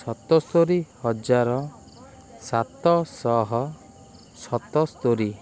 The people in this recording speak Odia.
ସତସ୍ତରି ହଜାର ସାତଶହ ସତସ୍ତରି